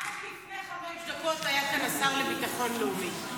עד לפני חמש דקות היה כאן השר לביטחון לאומי,